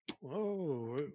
Whoa